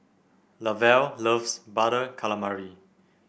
Lavelle loves Butter Calamari